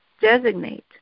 designate